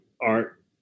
art